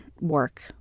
work